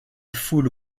foule